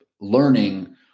learning